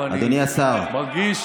ואני מרגיש